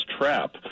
trap